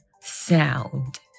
sound